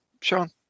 Sean